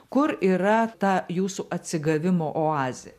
kur yra ta jūsų atsigavimo oazė